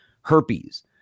Herpes